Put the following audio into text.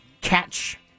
catch